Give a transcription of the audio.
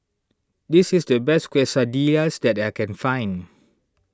this is the best Quesadillas that I can find